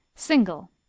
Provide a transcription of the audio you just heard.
single.